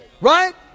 Right